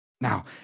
Now